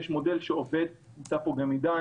יש מודל שעובד, נמצא פה גם עידן